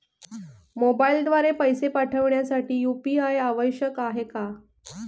मोबाईलद्वारे पैसे पाठवण्यासाठी यू.पी.आय आवश्यक आहे का?